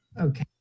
Okay